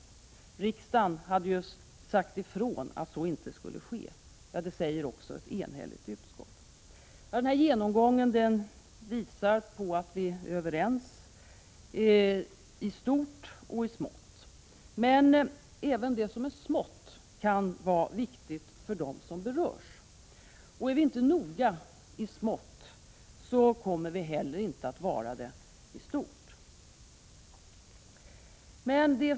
Riksdagen hade ju sagt ifrån att så inte skulle ske. Det säger också ett enhälligt utskott. Den här genomgången visar på att vi är överens i stort och i smått. Men även det som är smått kan vara viktigt för dem som berörs. Och är vi inte noga i smått kommer vi inte heller att vara det i stort.